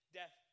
death